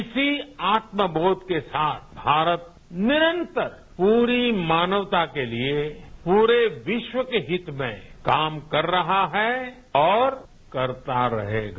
इसी आत्म बोध के साथ भारत निरंतर पूरी मानवता के लिए पूरे विश्व के हित में काम कर रहा है और करता रहेगा